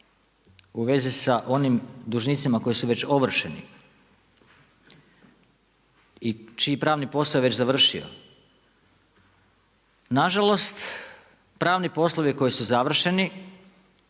u vezi sa onim dužnicima koji su već ovršeni i čiji je pravni posao već završio, nažalost, pravni poslovi koji su završeni,